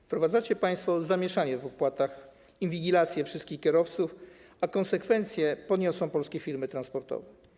Wprowadzacie państwo zamieszanie w zakresie opłat, inwigilację wszystkich kierowców, a konsekwencje poniosą polskie firmy transportowe.